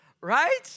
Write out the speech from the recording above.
Right